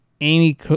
Amy